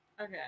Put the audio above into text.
okay